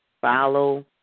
Follow